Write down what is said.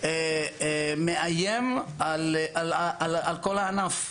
שלדעתנו מאיים על כל הענף.